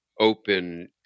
open